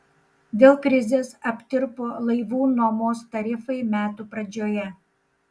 dėl krizės aptirpo laivų nuomos tarifai metų pradžioje